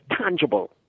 tangible